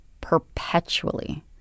Perpetually